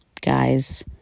guys